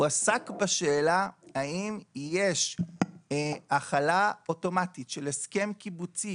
הוא עסק בשאלה האם יש החלה אוטומטית של הסכם קיבוצי